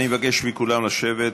אני מבקש מכולם לשבת.